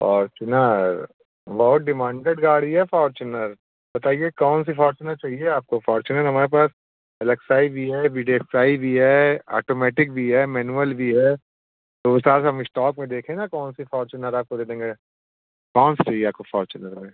Fortuner बहुत demanded गाड़ी है फोर्चुनर बताइए कौन सी फोर्चुनर चाहिए आपको फोर्चुनर हमारे पास एलएक्सआई भी है बीडेस्कआई भी है आटोमेटिक भी है मैन्युअल भी है तो उस हिसाब से हम स्टाक में देखें ना कौनसी फोर्चुनर आपको दे देंगे कौनसी आपको फोर्चुनर में